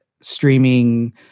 streaming